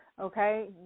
Okay